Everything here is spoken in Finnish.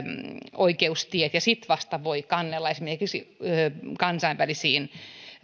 oikeustiet ja sitten vasta voi kannella esimerkiksi kansainvälisiin